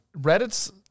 Reddit's